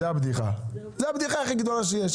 זאת הבדיחה הכי גדולה שיש.